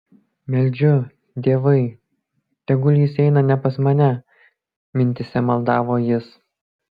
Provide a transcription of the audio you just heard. meldžiu dievai tegul jis eina ne pas mane mintyse maldavo jis